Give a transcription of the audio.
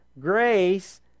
grace